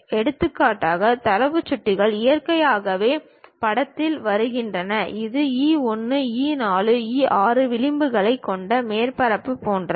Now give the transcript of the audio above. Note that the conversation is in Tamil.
எடுத்துக்காட்டாக தரவு சுட்டிகள் இயற்கையாகவே படத்தில் வருகின்றன இது E 1 E 4 E 6 விளிம்புகளைக் கொண்ட மேற்பரப்பு போன்றது